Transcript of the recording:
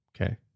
okay